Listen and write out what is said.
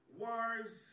wars